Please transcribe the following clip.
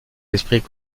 esprits